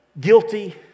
Guilty